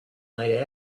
night